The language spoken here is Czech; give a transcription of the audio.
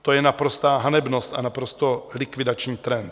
To je naprostá hanebnost a naprosto likvidační trend.